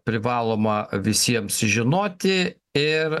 privaloma visiems žinoti ir